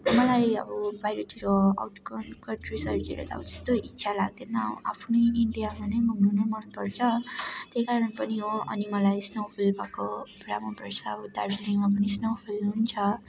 मलाई अब बाहिरतिर आउट कम् कन्ट्रिसहरूतिर त अब त्यस्तो इच्छा लाग्दैन आफ्नै इन्डियामा नै घुम्नु नै मनपर्छ त्यहीकारण पनि हो अनि मलाई स्नोफल भएको पुरा मनपर्छ अब दार्जिलिङमा पनि स्नोफल हुन्छ